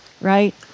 right